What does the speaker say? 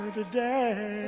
today